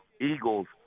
Eagles